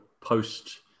post